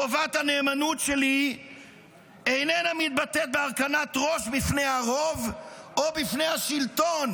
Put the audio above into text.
חובת הנאמנות שלי איננה מתבטאת בהרכנת ראש בפני הרוב או בפני השלטון,